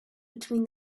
between